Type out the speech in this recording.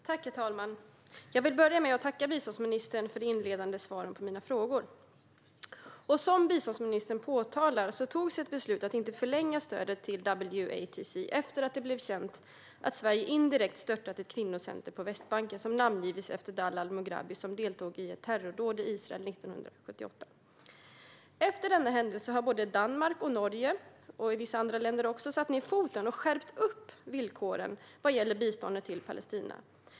Herr talman! Jag vill börja med att tacka biståndsministern för de inledande svaren på mina frågor. Som biståndsministern påpekar togs ett beslut att inte förlänga stödet till WATC efter att det blev känt att Sverige indirekt stöttat ett kvinnocenter på Västbanken som namngivits efter Dalal Mughrabi, som deltog i ett terrordåd i Israel 1978. Efter denna händelse har både Danmark och Norge och även vissa andra länder satt ned foten och skärpt villkoren vad gäller biståndet till Palestina.